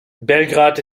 belgrad